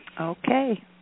Okay